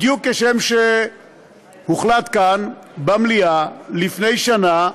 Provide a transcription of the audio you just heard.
בדיוק כשם שהוחלט כאן, במליאה, לפני שנה,